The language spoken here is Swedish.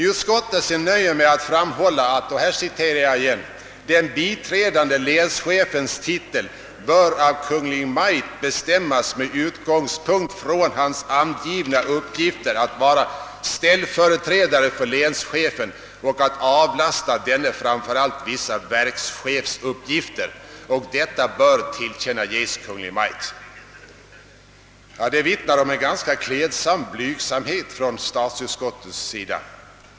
Utskottet nöjer sig med att framhålla att enligt dess me ning »bör den biträdande länschefens titel av Kungl. Maj:t bestämmas med utgångspunkt från hans angivna uppgifter att vara ställföreträdare för länschefen och att avlasta denne framför allt vissa verkschefsuppgifter. Vad utskottet anför härom bör tillkännages Kungl. Maj:t.» Detta vittnar om en klädsam blygsamhet från statsutskottets sida.